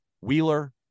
Wheeler